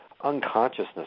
unconsciousness